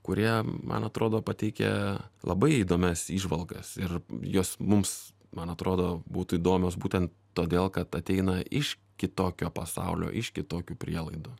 kurie man atrodo pateikia labai įdomias įžvalgas ir jos mums man atrodo būtų įdomios būtent todėl kad ateina iš kitokio pasaulio iš kitokių prielaidų